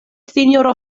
sinjoro